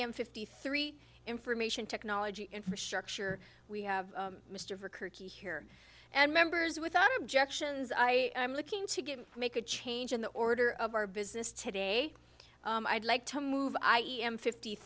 am fifty three information technology infrastructure we have mr for kirky here and members without objections i am looking to get him to make a change in the order of our business today i'd like to move i am fifty